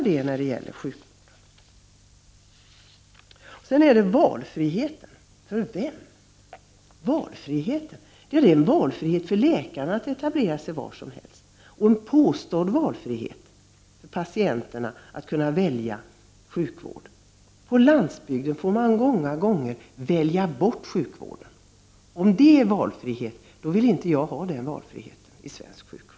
Det har vidare talats om valfrihet i vården. Valfrihet för vem? Gäller det valfrihet för läkarna att etablera sig var som helst? Det påstås ibland att patienterna har valfrihet att välja sjukvård. På landsbyden får man många gånger välja bort sjukvården. Om det är valfrihet, då är det en valfrihet som jag inte vill ha i svensk sjukvård.